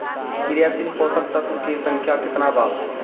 क्रियाशील पोषक तत्व के संख्या कितना बा?